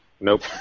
Nope